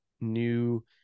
new